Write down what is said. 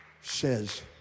says